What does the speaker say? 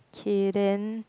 k then